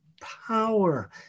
power